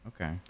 Okay